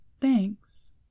Thanks